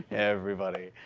everybody.